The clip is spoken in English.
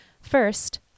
First